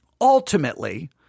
ultimately